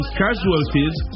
casualties